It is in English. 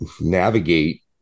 navigate